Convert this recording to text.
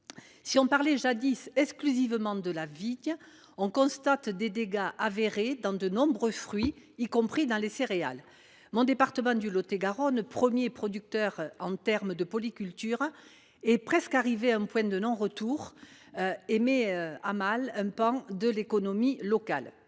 Si on parlait jadis presque exclusivement de la vigne, on constate maintenant des dégâts dans de nombreux fruits, y compris dans les céréales. Mon département du Lot et Garonne, premier producteur de polycultures, est presque arrivé à un point de non retour, ce qui met à mal un pan de l’économie locale.